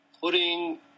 putting